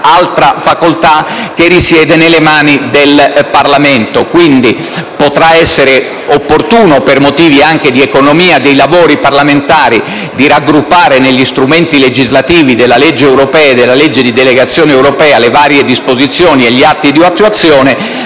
altra facoltà che risiede nelle mani del Parlamento. Quindi, potrà essere opportuno, anche per motivi di economia dei lavori parlamentari, raggruppare negli strumenti legislativi della legge europea e della legge di delegazione europea le varie disposizioni e gli atti di attuazione,